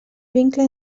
vincle